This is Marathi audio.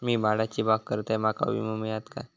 मी माडाची बाग करतंय माका विमो मिळात काय?